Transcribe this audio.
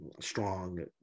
strong